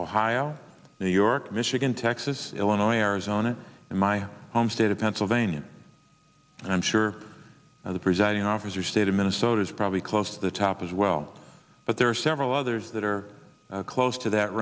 ohio new york michigan texas illinois arizona in my home state of pennsylvania and i'm sure the presiding officer state of minnesota is probably close to the top as well but there are several others that are close to that